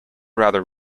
rather